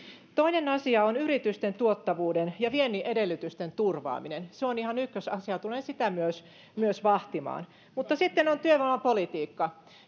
toinen asia on yritysten tuottavuuden ja viennin edellytysten turvaaminen se on ihan ykkösasia ja tulen sitä myös myös vahtimaan mutta sitten on työvoimapolitiikka